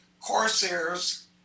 Corsairs